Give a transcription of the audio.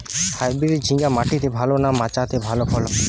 Hybrid ঝিঙ্গা মাটিতে ভালো না মাচাতে ভালো ফলন?